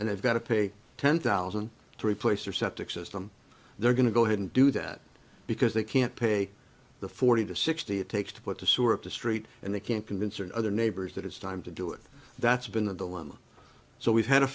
and they've got to pay ten thousand three place or septic system they're going to go ahead and do that because they can't pay the forty to sixty it takes to put the sewer up the street and they can't convince or other neighbors that it's time to do it that's been the dilemma so we've had a